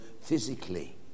physically